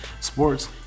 Sports